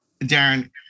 Darren